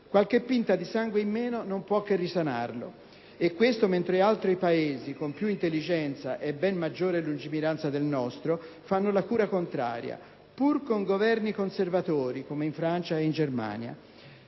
Qualche pinta di sangue in meno non può che risanarlo, e questo mentre altri Paesi, con più intelligenza e ben maggiore lungimiranza del nostro, fanno la cura contraria, pur con Governi conservatori, come in Francia e in Germania.